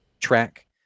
track